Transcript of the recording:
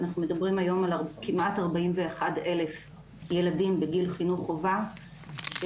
אנחנו מדברים היום על כמעט 41,000 ילדים בגיל חינוך חובה שמקום